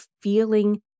feeling